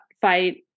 fight